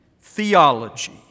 theology